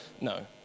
No